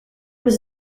was